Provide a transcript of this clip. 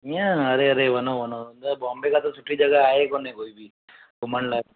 ईअं अरे अरे वञो वञो त बॉम्बे खां त सुठी जॻहि आहे ई कोन्हे कोई बि घुमण लाइ